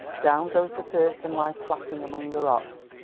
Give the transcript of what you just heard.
down goes the first and lies flapping among the rocks.